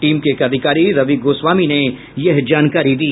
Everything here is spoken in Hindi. टीम के एक अधिकारी रवि गोस्वामी ने यह जानकारी दी